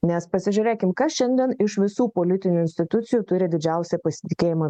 nes pasižiūrėkim kas šiandien iš visų politinių institucijų turi didžiausią pasitikėjimą